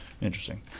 Interesting